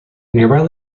nearby